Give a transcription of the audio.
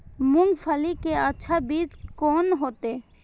मूंगफली के अच्छा बीज कोन होते?